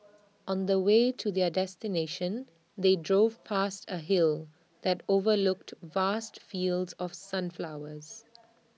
on the way to their destination they drove past A hill that overlooked vast fields of sunflowers